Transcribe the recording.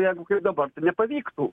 jeigu kaip dabar tai nepavyktų